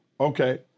Okay